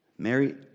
Mary